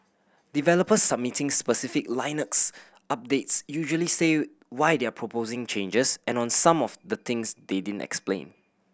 developers submitting specific Linux updates usually say why they're proposing changes and on some of the things they didn't explain